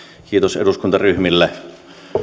kiitos eduskuntaryhmille